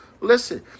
Listen